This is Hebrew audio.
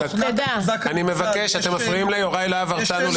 אתם מפריעים לחבר הכנסת להב הרצנו לדבר.